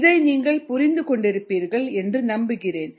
இதை நீங்கள் புரிந்து கொண்டிருப்பீர்கள் என்று நம்புகிறேன்